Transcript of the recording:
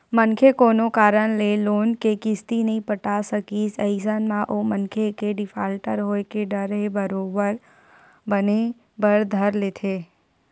मनखे कोनो कारन ले लोन के किस्ती नइ पटाय सकिस अइसन म ओ मनखे के डिफाल्टर होय के डर ह बरोबर बने बर धर लेथे